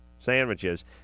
Sandwiches